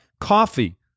coffee